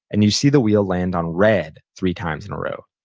and you see the wheel land on red three times in a row.